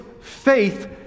faith